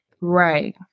Right